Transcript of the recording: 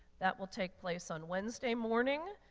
that will take place on wednesday morning,